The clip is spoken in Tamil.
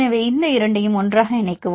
எனவே இந்த இரண்டையும் ஒன்றாக இணைக்கவும்